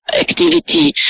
activity